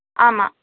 ஆமாம்